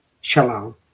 shalom